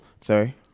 sorry